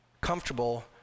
comfortable